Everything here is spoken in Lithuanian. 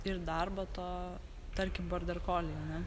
ir darbo to tarkim borderkoliai ane